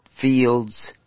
fields